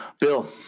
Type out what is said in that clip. Bill